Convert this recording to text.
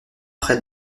près